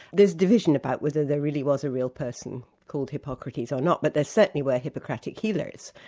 there's division about whether there really was a real person called hippocrates or not, but there certainly were hippocratic healers,